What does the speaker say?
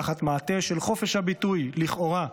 תחת מעטה של חופש הביטוי לכאורה.